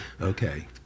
okay